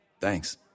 Thanks